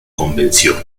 convención